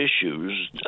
issues